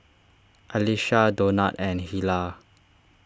Alisha Donat and Hilah